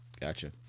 Gotcha